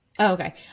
okay